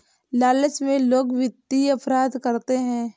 लालच में लोग वित्तीय अपराध करते हैं